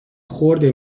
خرد